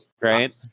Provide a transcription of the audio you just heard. right